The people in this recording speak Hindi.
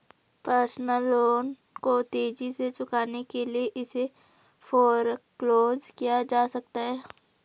पर्सनल लोन को तेजी से चुकाने के लिए इसे फोरक्लोज किया जा सकता है